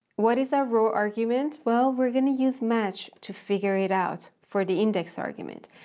what is our row argument? well, we're going to use match to figure it out for the index argument.